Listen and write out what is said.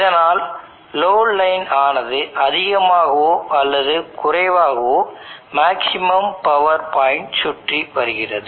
இதனால் load line ஆனது அதிகமாகவோ அல்லது குறைவாகவோ மேக்ஸிமம் பவர் பாயிண்ட் சுற்றி வருகிறது